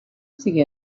see